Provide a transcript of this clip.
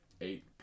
eight